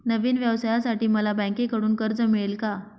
नवीन व्यवसायासाठी मला बँकेकडून कर्ज मिळेल का?